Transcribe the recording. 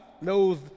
knows